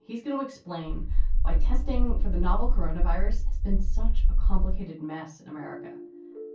he's going to explain why testing for the novel coronavirus has been such a complicated mess in america